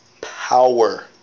power